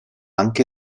anche